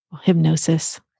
Hypnosis